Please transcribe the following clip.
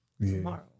tomorrow